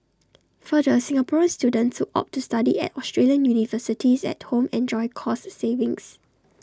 further Singaporean students opt to study at Australian universities at home enjoy cost savings